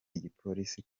igipolisi